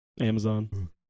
Amazon